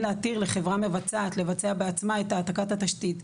להתיר לחברה מבצעת לבצע בעצמה את העתקת התשתית.